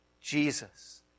Jesus